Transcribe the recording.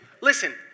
listen